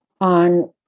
on